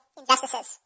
injustices